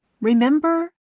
remember